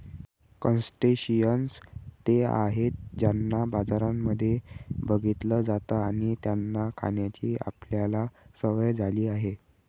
crustaceans ते आहेत ज्यांना बाजारांमध्ये बघितलं जात आणि त्यांना खाण्याची आपल्याला सवय झाली आहे